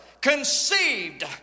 conceived